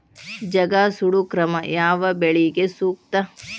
ಜಗಾ ಸುಡು ಕ್ರಮ ಯಾವ ಬೆಳಿಗೆ ಸೂಕ್ತ?